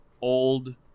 old